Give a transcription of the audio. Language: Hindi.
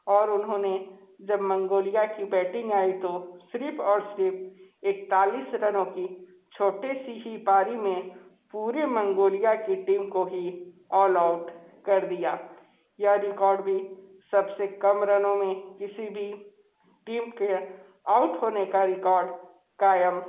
और उन्होंने जब मंगोलिया की बैटिंग आई तो सिर्फ़ और सिर्फ़ इकतालीस रनों की छोटी सी ही पारी में पूरे मंगोलिया के टीम को ही ओल आउट कर दिया यह रिकॉर्ड भी सब से कम रनों में किसी भी टीम के आउट होने का रिकॉर्ड क़ायम